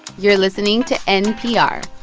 you're listening to npr